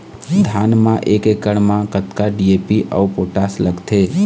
धान म एक एकड़ म कतका डी.ए.पी अऊ पोटास लगथे?